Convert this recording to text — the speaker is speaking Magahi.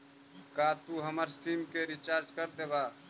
का तू हमर सिम के रिचार्ज कर देबा